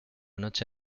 noche